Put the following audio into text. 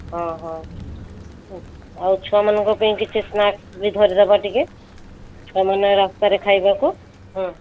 ହଁ ହଁ ଆଉ ଛୁଆମାନଙ୍କ ପାଇଁ କିଛି ସ୍ନାକ୍ସ୍ ବି ଧରିଦବା ଟିକେ ଛୁଆମାନେ ରାସ୍ତାରେ ଖାଇବାକୁ ହଁ